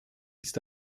ist